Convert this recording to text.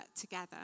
together